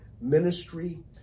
ministry